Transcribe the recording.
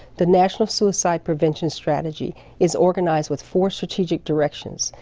the national suicide prevention strategy is organized with four strategic directions,